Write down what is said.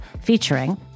featuring